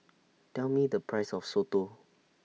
Tell Me The Price of Soto